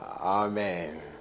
Amen